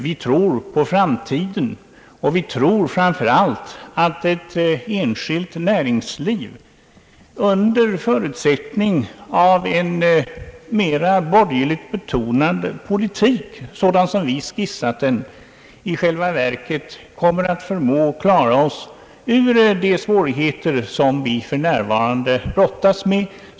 Vi tror på framtiden och vi tror framför allt att ett enskilt näringsliv med en mera borgerligt betonad politik — som vi skisserat den — i själva verket kommer att kunna lösa de svårigheter som vi för närvarande brottas med.